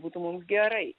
būtų mums gerai